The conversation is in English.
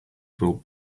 will